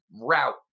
route